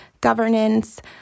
governance